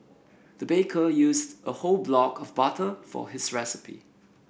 the baker used a whole block of butter for his recipe